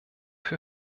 für